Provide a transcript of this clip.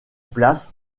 place